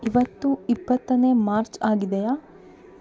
ಇವತ್ತು ಇಪ್ಪತ್ತನೇ ಮಾರ್ಚ್ ಆಗಿದೆಯಾ